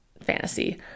fantasy